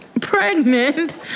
Pregnant